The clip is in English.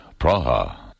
Praha